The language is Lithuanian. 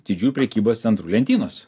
didžiųjų prekybos centrų lentynose